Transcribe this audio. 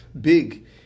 big